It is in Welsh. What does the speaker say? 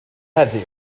heddiw